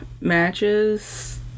matches